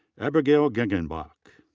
yeah but ah ah gengenbach.